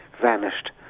vanished